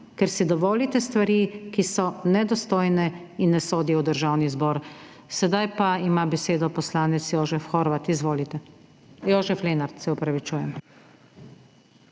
ker si dovolite stvari, ki so nedostojne in ne sodijo v Državni zbor. Sedaj pa ima besedo poslanec Jožef Horvat, izvolite. Jožef Lenart, se opravičujem.